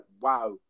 wow